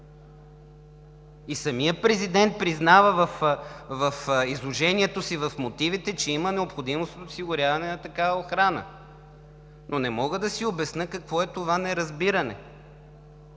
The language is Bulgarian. Самият президент признава в изложението си и в мотивите, че има необходимост от осигуряване на такава охрана, но не мога да си обясня какво е това неразбиране.